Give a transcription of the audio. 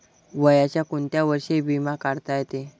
वयाच्या कोंत्या वर्षी बिमा काढता येते?